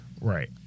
right